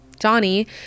Johnny